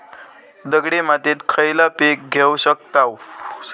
दगडी मातीत खयला पीक घेव शकताव?